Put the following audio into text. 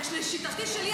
לשיטתי שלי,